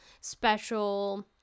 special